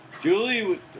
Julie